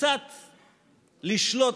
קצת לשלוט,